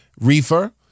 Reefer